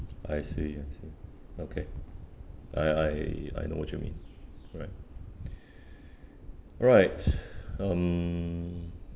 I see I see okay I I I know what you mean correct alright um